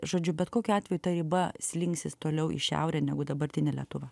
žodžiu bet kokiu atveju ta riba slinksis toliau į šiaurę negu dabartinė lietuva